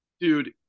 Dude